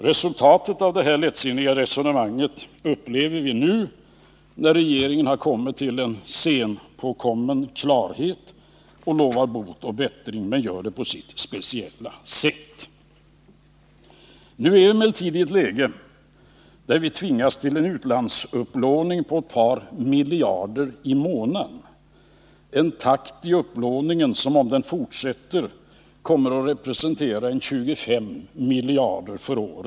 Resultatet av detta lättsinniga resonemang upplever vi nu, när regeringen har nått fram till en senpåkommen klarhet och lovar bot uch bättring men gör det på sitt speciella sätt. Vi är emellertid i ett läge där vi tvingas till en utlandsupplåning på ett par miljarder i månaden — en takt i upplåningen som, om den fortsätter, kommer att representera ca 25 miljarder per år.